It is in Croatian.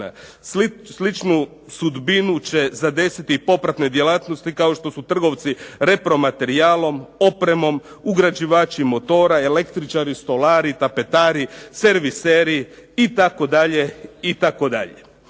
Sličnu sudbinu će zadesiti popratne djelatnosti kao što su trgovci repro materijalom, opremom, ugrađivači motora, električari, stolari, tapetari, serviser itd.,